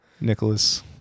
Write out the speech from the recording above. Nicholas